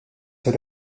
fir